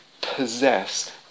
possess